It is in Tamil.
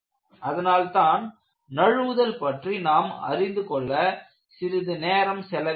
அதனால்தான் நழுவுதல் பற்றி நாம் அறிந்து கொள்ள சிறிது நேரம் செல விட்டோம்